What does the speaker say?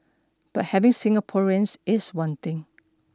but having Singaporeans is one thing